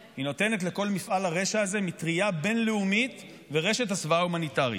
היא נותנת לכל מפעל הרשע הזה מטרייה בין-לאומית ורשת הסוואה הומניטרית.